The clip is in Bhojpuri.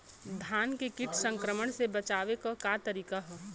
धान के कीट संक्रमण से बचावे क का तरीका ह?